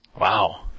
Wow